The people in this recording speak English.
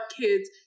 kids